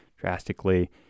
drastically